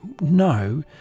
no